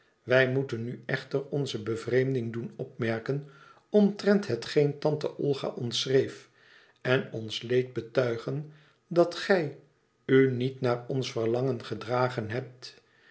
wij moeten u echter onze bevreemding doen opmerken omtrent hetgeen tante olga ons schreef en ons leed betuigen dat gij u niet naar ons verlangen gedragen hebt